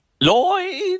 Lloyd